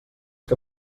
que